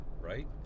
Right